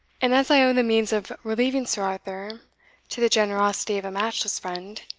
and as i owe the means of relieving sir arthur to the generosity of a matchless friend,